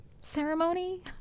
ceremony